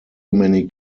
many